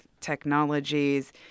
technologies